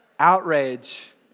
Outrage